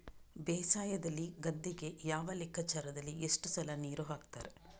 ಬೇಸಾಯದಲ್ಲಿ ಗದ್ದೆಗೆ ಯಾವ ಲೆಕ್ಕಾಚಾರದಲ್ಲಿ ಎಷ್ಟು ಸಲ ನೀರು ಹಾಕ್ತರೆ?